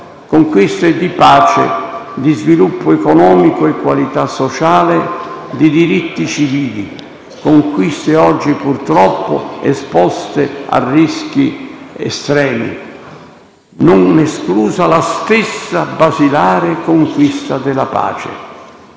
Conquiste di pace, di sviluppo economico e qualità sociale, di diritti civili; conquiste oggi purtroppo esposte a rischi estremi, non esclusa la stessa basilare conquista della pace.